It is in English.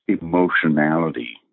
emotionality